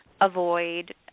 avoid